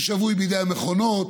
הוא שבוי בידי המכונות,